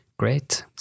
great